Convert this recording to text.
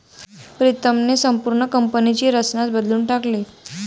प्रीतमने संपूर्ण कंपनीची रचनाच बदलून टाकली